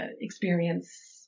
experience